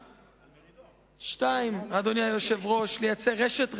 2. לייצר רשת רווחה,